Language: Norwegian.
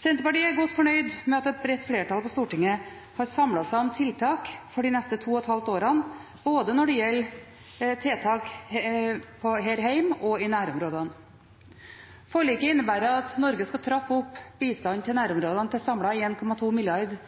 Senterpartiet er godt fornøyd med at et bredt flertall på Stortinget har samlet seg om tiltak for de neste to og et halvt årene, når det gjelder tiltak både her hjemme og i nærområdene. Forliket innebærer at Norge skal trappe opp bistanden til nærområdene til samlet 1,2 mrd. kr i